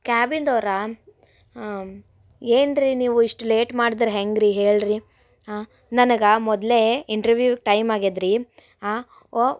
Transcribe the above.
ಕ್ಯಾಬ್ಯಿಂದವ್ರಾ ಹಾಂ ಏನ್ರೀ ನೀವು ಇಷ್ಟು ಲೇಟ್ ಮಾಡ್ದ್ರ ಹೆಂಗ್ರೀ ಹೇಳ್ರೀ ಹಾಂ ನನಗೆ ಮೊದಲೇ ಇಂಟ್ರ್ವ್ಯೂವ್ಗೆ ಟೈಮ್ ಆಗ್ಯದ ರೀ ಓ